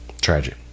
Tragic